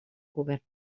govern